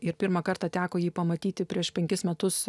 ir pirmą kartą teko jį pamatyti prieš penkis metus